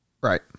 Right